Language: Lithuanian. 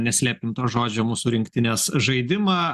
neslėpkim to žodžio mūsų rinktinės žaidimą